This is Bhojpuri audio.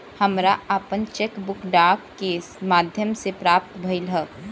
हमरा आपन चेक बुक डाक के माध्यम से प्राप्त भइल ह